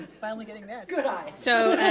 finally getting that. good eye. so